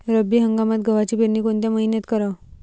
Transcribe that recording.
रब्बी हंगामात गव्हाची पेरनी कोनत्या मईन्यात कराव?